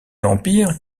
l’empire